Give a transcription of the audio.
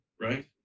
right